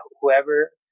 whoever